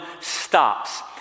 stops